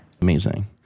Amazing